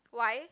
why